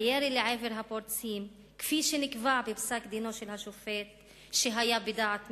הירי לעבר הפורצים כפי שנקבע בפסק-דינו של השופט שהיה בדעת מיעוט,